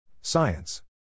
Science